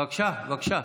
בבקשה, בבקשה.